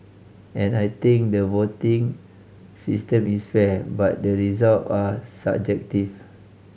and I think the voting system is fair but the result are subjective